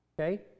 Okay